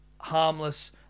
harmless